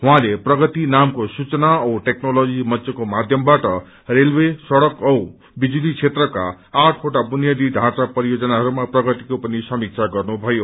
उइँले प्रगति नामको सूचना औ टेक्नोलोजि मंचको माध्यमबाट रेलवे सड़क औ बिजुली क्षेत्रका आठवटा बुनियादी ढाँचा परियोजना हरूमा प्रगतिको पनि समीक्षा गर्नुथयो